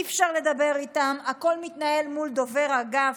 אי-אפשר לדבר איתם, הכול מתנהל מול דובר האגף.